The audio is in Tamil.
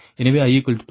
எனவே i 2